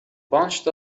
bunched